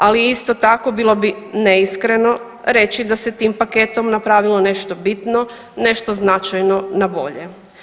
Ali isto tako bilo bi neiskreno reći da se tim paketom napravilo nešto bitno, nešto značajno na bolje.